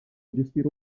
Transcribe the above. gestire